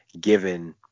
given